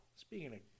speaking